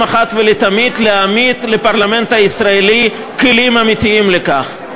ואחת ולתמיד להעמיד לפרלמנט הישראלי כלים אמיתיים לכך.